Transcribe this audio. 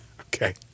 Okay